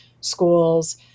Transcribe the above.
schools